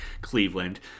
Cleveland